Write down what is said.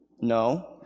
No